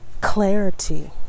clarity